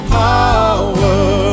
power